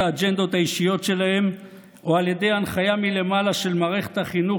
האג'נדות האישיות שלהם או על ידי הנחיה מלמעלה של מערכת החינוך,